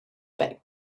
back